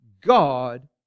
God